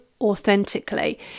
authentically